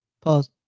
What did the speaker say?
Pause